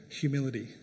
humility